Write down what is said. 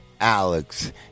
Alex